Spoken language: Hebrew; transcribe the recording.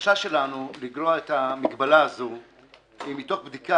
הבקשה שלנו לגרוע את המגבלה הזו היא מתוך בדיקה